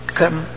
come